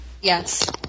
Yes